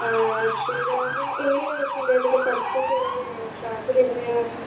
ശ്രീരാഗ് എങ്ങനെയാണ് ശ്രീരാഗിൻ്റെ പഠിത്തം ഒക്കെ എങ്ങനെയാണ് ക്ലാസ്സിൽ എങ്ങനെയാണ്